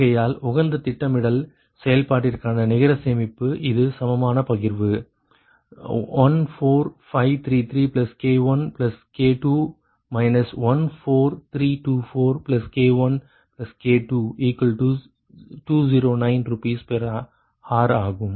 ஆகையால் உகந்த திட்டமிடல் செயல்பாட்டுக்கான நிகர சேமிப்பு இது சமமான பகிர்வு 14533K1K2 14324K1K2209 Rshr ஆகும்